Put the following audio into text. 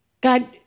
God